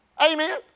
Amen